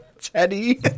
Teddy